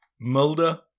Mulder